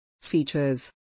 features